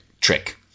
trick